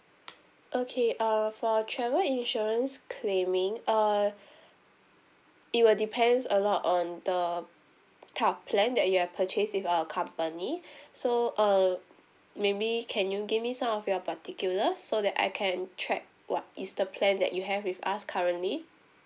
okay uh for travel insurance claiming uh it will depends a lot on the type of plan that you have purchased with our company so uh maybe can you give me some of your particulars so that I can check what is the plan that you have with us currently